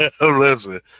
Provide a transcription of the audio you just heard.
listen